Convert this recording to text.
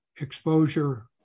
exposure